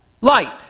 light